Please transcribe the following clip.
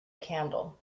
candle